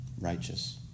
righteous